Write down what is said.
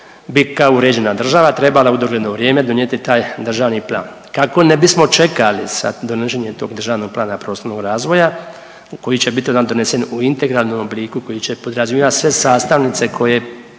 bi kao uređena država trebala u dogledno vrijeme donijeti taj državni plan. Kako ne bismo čekali sa donošenjem tog državnog plana prostornog razvoja koji će biti donesen u integralnom obliku, koji će podrazumijevati sve sastavnice koje